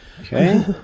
Okay